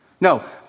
No